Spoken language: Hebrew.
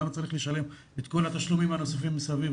למה צריך לשלם את כל התשלומים הנוספים מסביב?